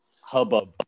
hubbub